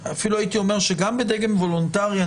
וגם בדגם וולונטרי,